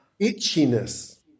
itchiness